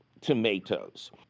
tomatoes